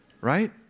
Right